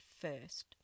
first